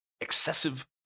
excessive